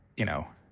you know,